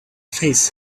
face